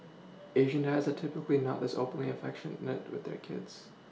Asian dads are typically not this openly affectionate with their kids